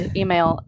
email